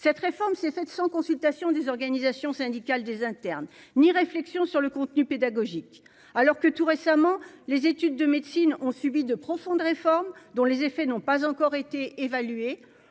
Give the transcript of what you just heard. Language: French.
cette réforme s'est faite sans consultation des organisations syndicales des internes ni réflexion sur le contenu pédagogique, alors que tout récemment, les études de médecine, on subit de profondes réformes dont les effets n'ont pas encore été évalués,